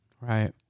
Right